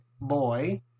Boy